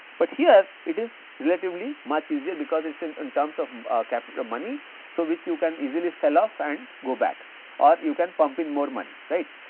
but, here it is relatively much easier because it is in in terms of ah capital money so, which you can easily sell off and go back or you can pump in more money right.